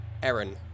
Aaron